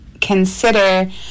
consider